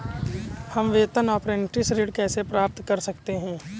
हम वेतन अपरेंटिस ऋण कैसे प्राप्त कर सकते हैं?